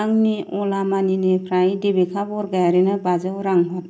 आंनि अला मानिनिफ्राय देबिका बरग'यारिनो बाजौ रां हर